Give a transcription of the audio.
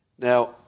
Now